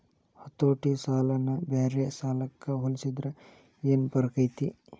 ಹತೋಟಿ ಸಾಲನ ಬ್ಯಾರೆ ಸಾಲಕ್ಕ ಹೊಲ್ಸಿದ್ರ ಯೆನ್ ಫರ್ಕೈತಿ?